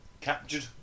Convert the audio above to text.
Captured